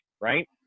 right